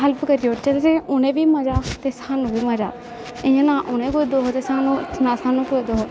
help करी ओड़चै जाइयै ते उ'नेंगी बी मजा ते सानूं बी मजा इ'यां नां उ'नेंगी कोई दुख ते सानूं नां सानूं कोई दुख